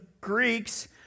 Greeks